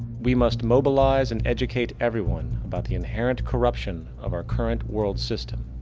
we must mobilize and educate everyone about the inherent corruption of our current world system,